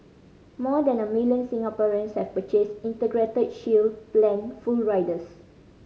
more than a million Singaporeans have purchased Integrated Shield Plan full riders